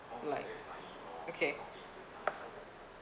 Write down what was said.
like okay